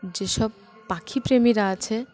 যে সব পাখিপ্রেমীরা আছে